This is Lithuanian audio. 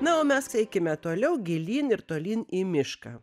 na o mes eikime toliau gilyn ir tolyn į mišką